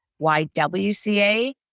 YWCA